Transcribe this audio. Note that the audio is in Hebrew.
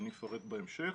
ואפרט בהמשך,